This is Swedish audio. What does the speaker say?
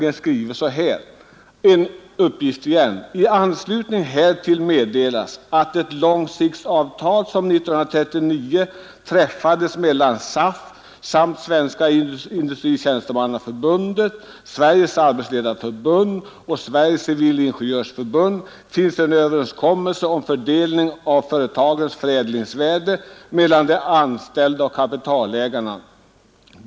SAF skriver nämligen: ”I anslutning härtill meddelas att i det långsiktsavtal som 1969 träffades mellan SAF samt Svenska industritjänstemannaförbundet , Sveriges arbetsledareförbund och Sveriges civilingenjörsförbund finns en överenskommelse om fördelning av företagens förädlingsvärde mellan de anställda och kapitalägarna.